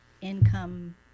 income